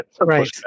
right